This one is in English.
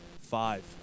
Five